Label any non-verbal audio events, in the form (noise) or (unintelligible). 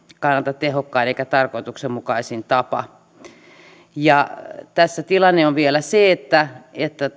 kannalta tehokkain eikä tarkoituksenmukaisin tapa tässä tilanne on vielä se että että (unintelligible)